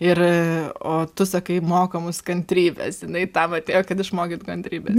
ir o tu sakai moko mus kantrybės jinai tam atėjo kad išmokyt kantrybės